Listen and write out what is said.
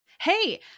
Hey